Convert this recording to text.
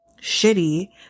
shitty